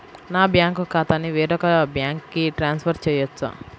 నా బ్యాంక్ ఖాతాని వేరొక బ్యాంక్కి ట్రాన్స్ఫర్ చేయొచ్చా?